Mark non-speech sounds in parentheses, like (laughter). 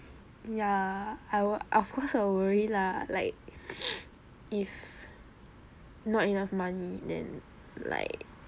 ya I will of course I will worry lah like (breath) if not enough money then like